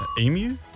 Emu